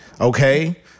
Okay